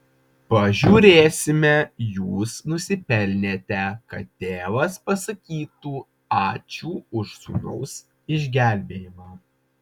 pažiūrėsime jūs nusipelnėte kad tėvas pasakytų ačiū už sūnaus išgelbėjimą